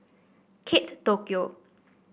Kate Tokyo